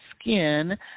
skin